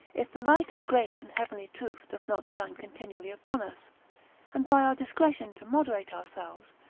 if the light of grace and heavenly truth doth not shine continually upon us and by our discretion to moderate ourselves,